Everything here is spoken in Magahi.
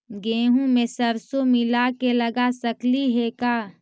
गेहूं मे सरसों मिला के लगा सकली हे का?